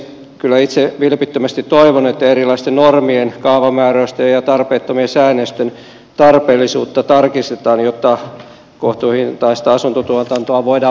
kyllä itse vilpittömästi toivon että erilaisten normien kaavamääräysten ja tarpeettomien säännösten tarpeellisuutta tarkistetaan jotta kohtuuhintaista asuntotuotantoa voidaan vauhdittaa